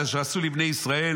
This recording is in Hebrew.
את אשר עשו לי בני ישראל.